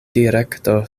direkto